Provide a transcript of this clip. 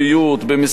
במסירות,